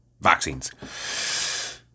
vaccines